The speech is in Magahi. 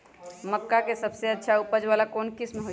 मक्का के सबसे अच्छा उपज वाला कौन किस्म होई?